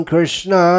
Krishna